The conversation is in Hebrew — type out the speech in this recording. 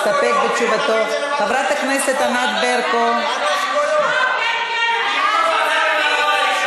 להסתפק בתשובתו, בוא נעביר את זה לוועדת החוץ